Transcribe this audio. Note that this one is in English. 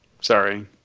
Sorry